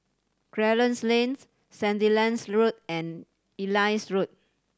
Clarence Lanes Sandilands Road and Ellis Road